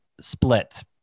split